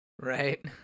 Right